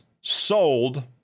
sold